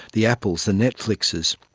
the apples, the netflixes.